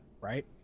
right